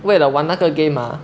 为了玩那个 game ah